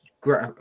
great